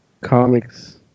Comics